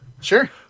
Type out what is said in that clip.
Sure